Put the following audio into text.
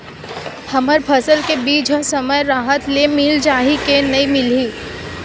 हमर फसल के बीज ह समय राहत ले मिल जाही के नी मिलही?